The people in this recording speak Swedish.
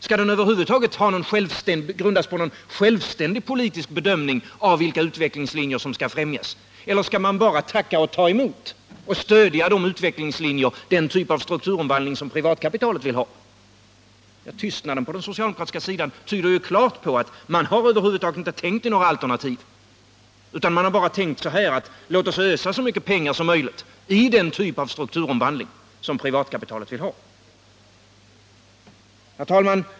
Skall den över huvud taget grundas på någon självständig politisk bedömning av vilka utvecklingslinjer som skall främjas eller skall man bara tacka och ta emot och stödja de utvecklingslinjer, den typ av strukturomvandling som privatkapitalet vill ha? Nr 38 Tystnaden på den socialdemokratiska sidan tyder ju klart på att man över Onsdagen den huvud taget inte tänkt på något alternativ, utan man har bara tänkt så här: Låt 22 november 1978 OSS Ösa så mycket pengar som möjligt i den typ av strukturomvandling som BLY S(KEpICer Vill her Kapitaltillskott till Herr talman!